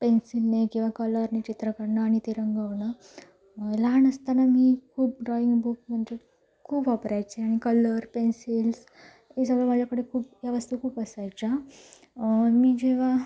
पेन्सिलने किंवा कलरने चित्र काढणं आणि ते रंगवणं लहान असताना मी खूप ड्रॉइंग बुक म्हणजे खूप वापरायचे आणि कलर पेन्सिल्स हे सगळं माझ्याकडे खूप या वस्तू खूप असायच्या मी जेव्हा